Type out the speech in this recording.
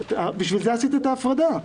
בשביל זה עשית את ההפרדה.